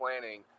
planning